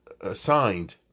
Assigned